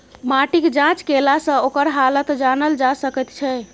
माटिक जाँच केलासँ ओकर हालत जानल जा सकैत छै